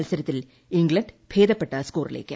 മത്സരത്തിൽ ഇംഗ്ലണ്ട് ഭേദപ്പെട്ട സ്കോറിലേക്ക്